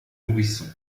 nourrisson